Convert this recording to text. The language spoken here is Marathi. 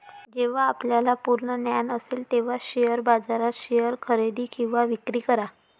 जेव्हा आपल्याला पूर्ण ज्ञान असेल तेव्हाच शेअर बाजारात शेअर्स खरेदी किंवा विक्री करा